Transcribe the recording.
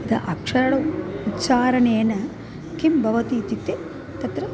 यत् अक्षरस्य उच्चारणेन किं भवति इत्युक्ते तत्र